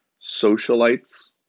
socialites